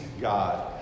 God